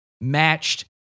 matched